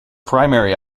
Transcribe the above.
primary